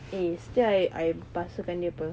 eh still I I basuhkan dia apa